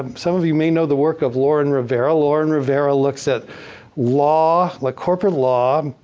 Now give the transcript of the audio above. um some of you may know the work of lauren rivera. lauren rivera looks at law, like corporate law,